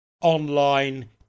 online